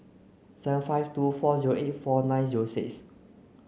seven five two four zero eight four nine zero six